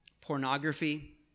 pornography